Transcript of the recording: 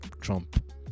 Trump